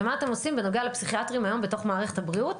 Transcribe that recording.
ומה אתם עושים בנוגע לפסיכיאטרים היום בתוך מערכת הבריאות?